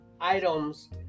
items